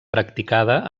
practicada